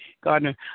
Gardner